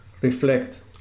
reflect